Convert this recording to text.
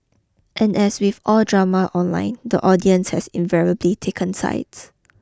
and as with all drama online the audience has invariably taken sides